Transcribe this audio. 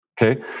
Okay